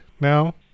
now